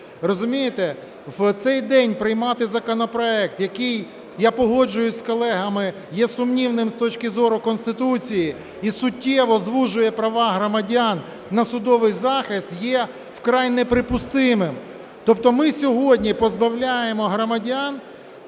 розумієте. В цей день приймати законопроект, який, я погоджуюсь з колегами, є сумнівним з точки зору Конституції і суттєво звужує права громадян на судовий захист, є вкрай неприпустимим. Тобто ми сьогодні позбавляємо громадян